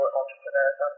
entrepreneurs